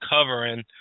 covering